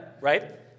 right